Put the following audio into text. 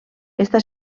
està